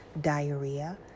diarrhea